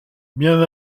bien